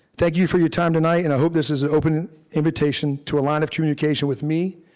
thank you for your time tonight and i hope this is an open invitation to a line of communication with me.